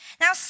Now